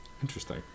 Interesting